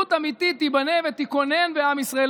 אחדות אמיתית תיבנה ותיכונן בעם ישראל,